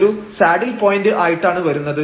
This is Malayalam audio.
ഇതൊരു സാഡിൽ പോയന്റ് ആയിട്ടാണ് വരുന്നത്